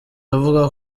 avuga